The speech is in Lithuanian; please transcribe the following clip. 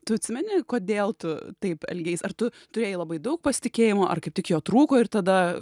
tu atsimeni kodėl tu taip elgeis ar tu turėjai labai daug pasitikėjimo ar kaip tik jo trūko ir tada